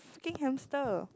fucking hamster